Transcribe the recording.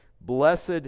blessed